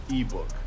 eBook